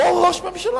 אותו ראש ממשלה,